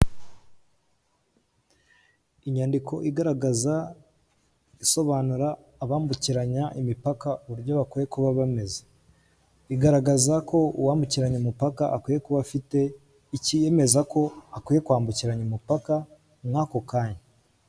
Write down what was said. Inyandiko igaragaza, isobanura abambukiranya imipaka uburyo bakwiye kuba bameze. igaragaza ko uwambukiranya imipaka akwiye kuba afite icyemeza ko akwiye kwambukiranya umupaka muri ako kanya.